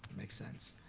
makes sense.